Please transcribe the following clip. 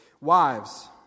Wives